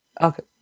Okay